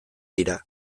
dira